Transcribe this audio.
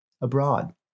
abroad